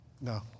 No